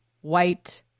white